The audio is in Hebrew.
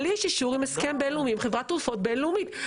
לי יש אישור עם הסכמים בין-לאומיים עם חברת תרופות בין-לאומית.